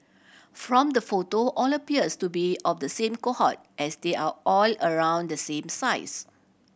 from the photo all appears to be of the same cohort as they are all around the same size